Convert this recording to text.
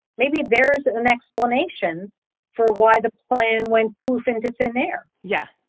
maybe there is an explanation for why the plane went poof into thin air. yeah.